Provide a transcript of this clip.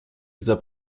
dieser